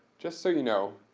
just so you know,